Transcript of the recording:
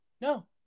No